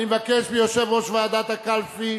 אני מבקש מיושב-ראש ועדת הקלפי,